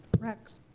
rex?